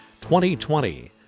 2020